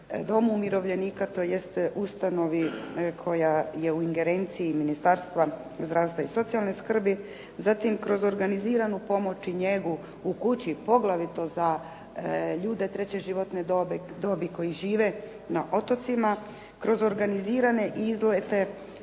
domu umirovljenika tj. ustanovi koja je u ingerenciji Ministarstva zdravstva i socijalne skrbi zatim kroz organiziranu pomoć i njegu u kući poglavito za ljude treće životne dobi koji žive na otocima kroz organizirane izlete,